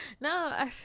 no